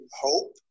hope